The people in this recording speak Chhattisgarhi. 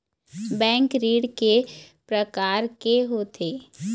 बैंक ऋण के प्रकार के होथे?